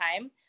time